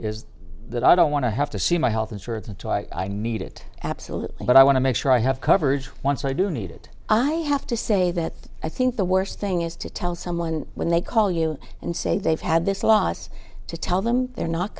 is that i don't want to have to see my health insurance until i need it absolutely but i want to make sure i have coverage once i do need it i have to say that i think the worst thing is to tell someone when they call you and say they've had this loss to tell them they're not